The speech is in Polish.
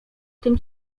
tym